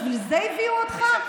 בשביל זה הביאו אותך?